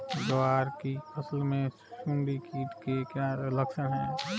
ग्वार की फसल में सुंडी कीट के क्या लक्षण है?